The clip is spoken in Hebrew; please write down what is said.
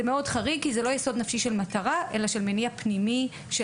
זה מאוד חריג כי זה לא יסוד נפשי של מטרה אלא של מניע פנימי של